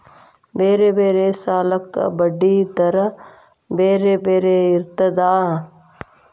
ಬೇರೆ ಬೇರೆ ಸಾಲಕ್ಕ ಬಡ್ಡಿ ದರಾ ಬೇರೆ ಬೇರೆ ಇರ್ತದಾ?